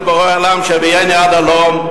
לבורא עולם שהביאני עד הלום.